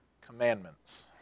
commandments